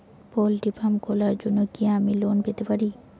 Poultry farm খোলার জন্য কি আমি লোন পেতে পারি?